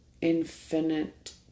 infinite